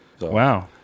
Wow